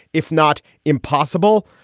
if not impossible.